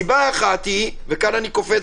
אחת, ופה אני קופץ